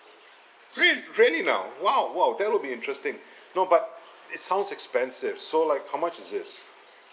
rel~ really now !wow! !wow! that would be interesting no but it sounds expensive so like how much is this